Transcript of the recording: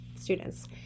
students